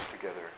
together